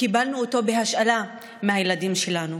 קיבלנו אותו בהשאלה מהילדים שלנו.